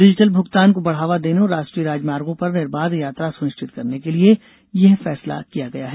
digital भुगतान को बढ़ावा देने और राष्ट्रीय राजमार्गो पर निर्बाध यात्रा सुनिश्चिवत करने के लिए यह फैसला किया गया है